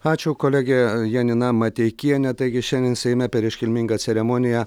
ačiū kolegė janina mateikienė taigi šiandien seime per iškilmingą ceremoniją